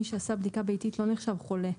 מי שעשה בדיקה ביתית לא נחשב חולה.